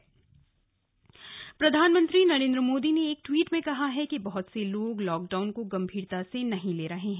PM on lockdown प्रधानमंत्री नरेंद्र मोदी ने एक ट्वीट में कहा है कि बहत से लोग लॉकडाउन को गंभीरता से नहीं ले रहे हैं